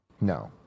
No